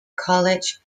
college